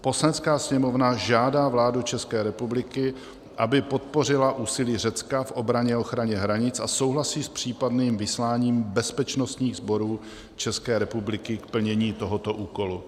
Poslanecká sněmovna žádá vládu České republiky, aby podpořila úsilí Řecka v obraně a ochraně hranic, a souhlasí s případným vysláním bezpečnostních sborů České republiky k plnění tohoto úkolu.